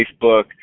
Facebook